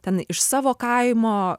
ten iš savo kaimo